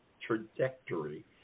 Trajectory